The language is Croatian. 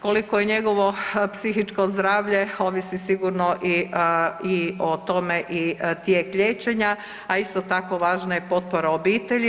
Koliko je njegovo psihičko zdravlje ovisi sigurno i o tome tijek liječenja, a isto tako važna je i potpora obitelji.